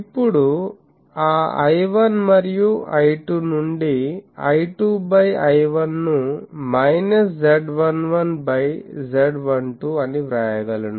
ఇప్పుడు ఆ I1 మరియు I2 నుండి I2 బై I1 ను మైనస్ Z11 బై Z12 అని వ్రాయగలను